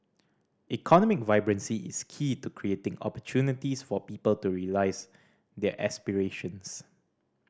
economic vibrancy is key to creating opportunities for people to realise their aspirations